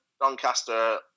Doncaster